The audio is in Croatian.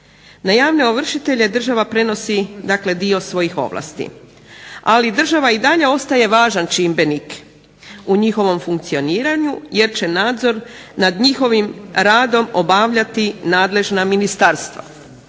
Na javne ovršitelje država prenosi, dakle dio svojih ovlasti, ali država i dalje ostaje važan čimbenik u njihovom funkcioniranju jer će nadzor nad njihovim radom obavljati nadležna ministarstva.